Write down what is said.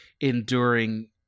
enduring